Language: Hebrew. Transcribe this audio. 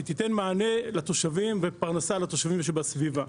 למטרת תעשייה שתיתן מענה ופרנסה לתושבים שבסביבה.